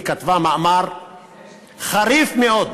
מאמר חריף מאוד